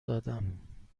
دادم